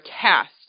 cast